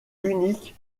unique